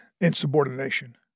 Insubordination